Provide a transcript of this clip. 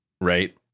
right